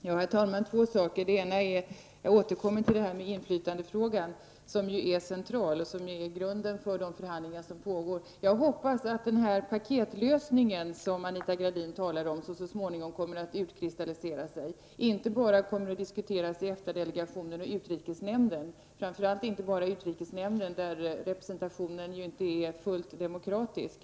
Herr talman! Jag vill ta upp två saker. Först återkommer jag till inflytandefrågan, som ju är central och utgör grunden för de förhandlingar som pågår. Jag hoppas att den här paketlösningen, som Anita Gradin talade om, så småningom kommer att utkristallisera sig, inte bara kommer att diskuteras i EFTA-delegationen och utrikesnämnden — framför allt inte bara i utrikesnämnden, där representationen ju inte är fullt demokratisk.